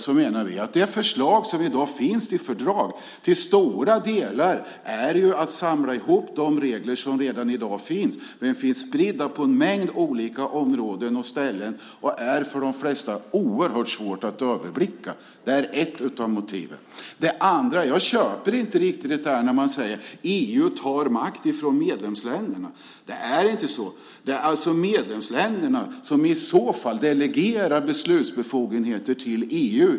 Vi menar att det förslag till fördrag som finns i dag till stora delar är att samla ihop de regler som redan finns. De finns spridda på en mängd områden och är väldigt svåra att överblicka för de flesta. Det är ett av motiven. Jag köper inte riktigt att man säger att EU tar makt från medlemsländerna. Det är inte så. Medlemsländerna delegerar beslutsbefogenheter till EU.